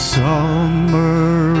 summer